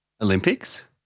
Olympics